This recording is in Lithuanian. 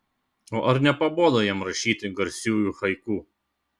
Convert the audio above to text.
o ar nepabodo jam rašyti garsiųjų haiku